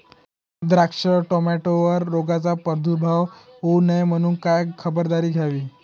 द्राक्ष, टोमॅटोवर रोगाचा प्रादुर्भाव होऊ नये म्हणून काय खबरदारी घ्यावी?